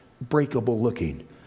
breakable-looking